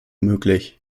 möglich